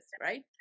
right